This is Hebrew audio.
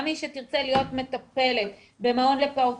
גם מי שתרצה להיות מטפלת במעון לפעוטות